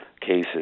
cases